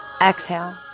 exhale